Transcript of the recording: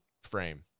frame